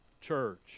church